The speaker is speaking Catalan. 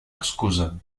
excusa